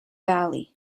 valley